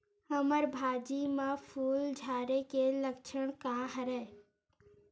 हमर भाजी म फूल झारे के लक्षण का हरय?